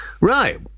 Right